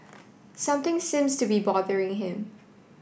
something seems to be bothering him